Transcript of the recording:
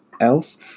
else